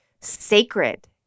sacred